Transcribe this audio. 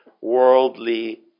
worldly